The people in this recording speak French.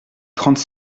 trente